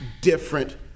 Different